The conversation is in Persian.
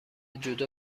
جودو